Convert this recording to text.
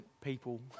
people